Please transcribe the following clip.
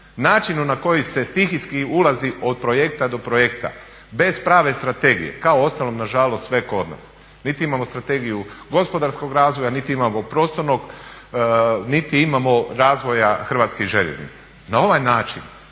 Načinu na koji se stihijski ulazi od projekta do projekta bez prave strategije kao uostalom na žalost sve kod nas. Niti imamo strategiju gospodarskog razvoja, niti imamo prostornog, niti imamo razvoja Hrvatskih željeznica. Na ovaj način